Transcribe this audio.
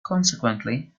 consequently